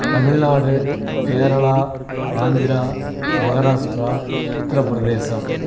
Tamil Nadu Kerala Andhra Maharashtra Uttar Pradesh